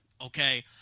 okay